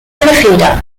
feder